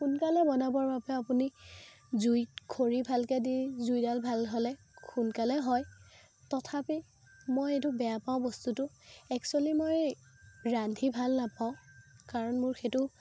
সোনকালে বনাবৰ বাবে আপুনি জুইত খৰি ভালকে দি জুইডাল ভাল হ'লে সোনকালে হয় তথাপি মই এইটো বেয়া পাওঁ বস্তুটো একচুৱেলি মই ৰান্ধি ভাল নাপাওঁ কাৰণ মোৰ সেইটো